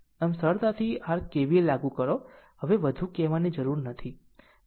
આમ સરળતાથી r KVL લાગુ કરો હવે વધુ કહેવાની જરૂર નથી